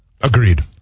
Agreed